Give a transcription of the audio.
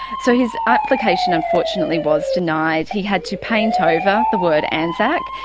so his application unfortunately was denied. he had to paint over the word anzac.